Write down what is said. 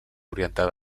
orientada